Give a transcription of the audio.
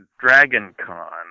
DragonCon